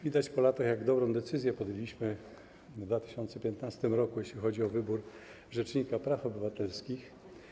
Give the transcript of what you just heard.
Widać po latach, jak dobrą decyzję podjęliśmy w 2015 r., jeśli chodzi o wybór rzecznika praw obywatelskich.